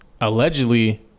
allegedly